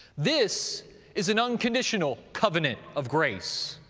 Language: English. this is an unconditional covenant of grace,